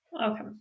Okay